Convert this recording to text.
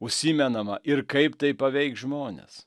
užsimenama ir kaip tai paveiks žmones